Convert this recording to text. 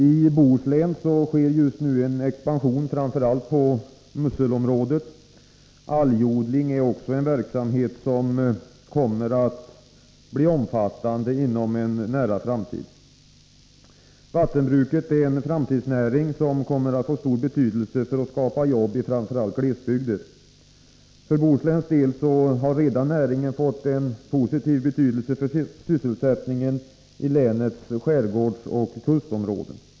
I Bohuslän sker just nu en expansion på framför allt musselområdet. Algodling är också en verksamhet som kommer att bli omfattande inom en nära framtid. Vattenbruket är en framtidsnäring som kommer att få stor betydelse för att skapa jobb i framför allt glesbygder. För Bohusläns del har näringen redan fått positiv betydelse för sysselsättningen i länets glesbygdsoch kustområden.